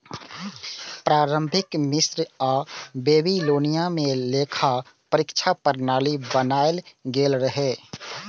प्रारंभिक मिस्र आ बेबीलोनिया मे लेखा परीक्षा प्रणाली बनाएल गेल रहै